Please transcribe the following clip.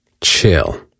Chill